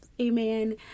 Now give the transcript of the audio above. amen